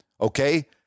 okay